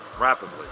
rapidly